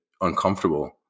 uncomfortable